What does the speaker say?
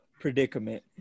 predicament